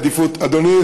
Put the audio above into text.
לוועדת העבודה,